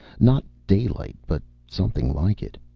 not daylight but something like it.